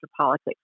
politics